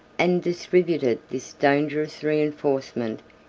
and distributed this dangerous reenforcement,